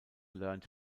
learned